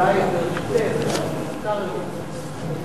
אז אולי, ברשותך, אם מותר, אענה,